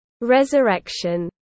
resurrection